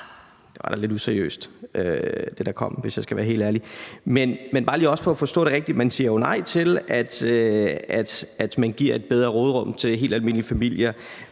da var lidt useriøst, hvis jeg skal være helt ærlig. Men det her er også bare lige for at forstå det helt rigtigt. Man siger jo nej til, at man giver et bedre råderum til helt almindelige familier,